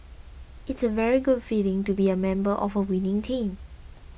it's a very good feeling to be a member of a winning team